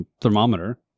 thermometer